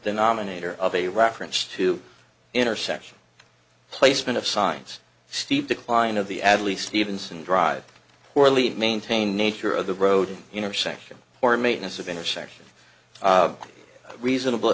denominator of a reference to intersection placement of signs steep decline of the adley stevenson drive poorly maintained nature of the road intersection or maintenance of intersection reasonable